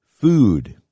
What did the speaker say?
food